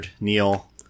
neil